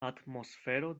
atmosfero